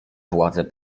władze